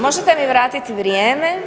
Možete mi vratiti vrijeme?